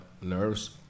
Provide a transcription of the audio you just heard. nerves